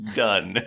done